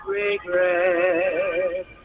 regret